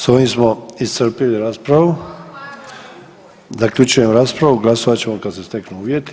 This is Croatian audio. S ovim smo iscrpili raspravu, zaključujem raspravu, glasovat ćemo kad se steknu uvjeti.